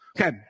Okay